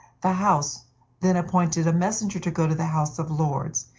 the house then appointed a messenger to go to the house of lords,